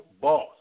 boss